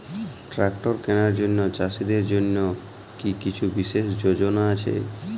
Tractor কেনার জন্য চাষীদের জন্য কী কিছু বিশেষ যোজনা আছে কি?